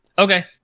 Okay